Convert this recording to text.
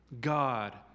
God